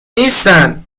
نیستن